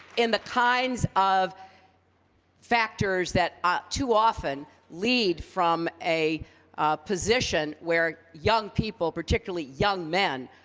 in the kinds of factors that ah too often lead from a position where young people, particularly young men,